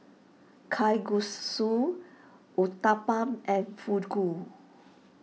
Kalguksu Uthapam and